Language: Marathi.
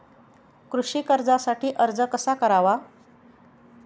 कृषी कर्जासाठी अर्ज कसा करावा?